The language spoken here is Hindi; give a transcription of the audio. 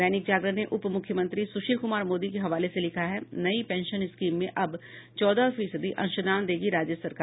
दैनिक जागरण ने उपमुख्यमंत्री सुशील कुमार मोदी के हवाले से लिखा है नई पेंशन स्कीम में अब चौदह फीसद अंशदान देगी राज्य सरकार